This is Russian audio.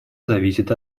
зависит